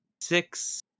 six